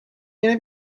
yeni